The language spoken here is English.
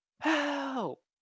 Help